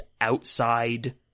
outside